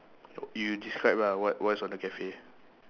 you describe lah what what's on the cafe